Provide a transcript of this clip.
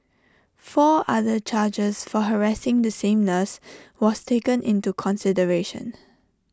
four other charges for harassing the same nurse was taken into consideration